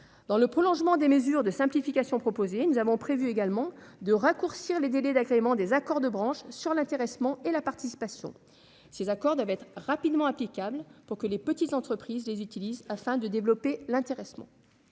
Dans le prolongement des mesures de simplification proposées, nous avons prévu également de raccourcir les délais d'agrément des accords de branche sur l'intéressement et la participation. Ceux-ci doivent être rapidement applicables, afin que les petites entreprises les utilisent pour développer l'intéressement.